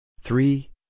three